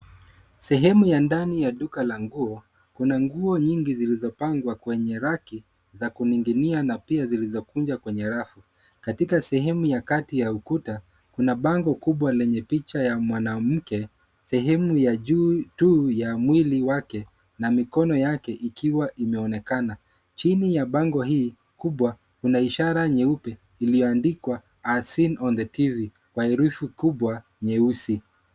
Sehemu ya ndani la duka la nguo, kuna nguo nyingi zilizopangwa kwenye raki za kuning'inia na pia zilizokunjwa kwenye rafu. Katika sehemu ya kati ya ukuta kuna bango kubwa lenye picha ya mwanamke, sehemu ya juu tu ya mwili wake na mikono yake ikiwa imeonekana. Chini ya bango hii kubwa kuna ishara nyeupe iliyoandikwa as seen on the TV kwa herufi kubwa nyeusi.